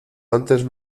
antes